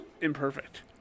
imperfect